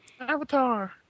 Avatar